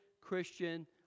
Christian